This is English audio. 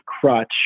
crutch